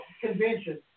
convention